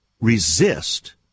resist